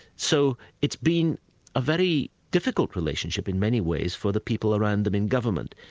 so it's been a very difficult relationship in many ways for the people around them in government.